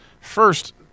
first